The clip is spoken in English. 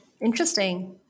interesting